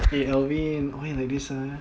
eh alvin why you like this leh